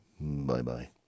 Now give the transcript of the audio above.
Bye-bye